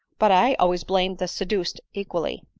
but i always blame the seduced equally.